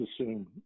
assume